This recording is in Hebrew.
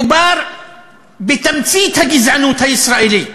מדובר בתמצית הגזענות הישראלית.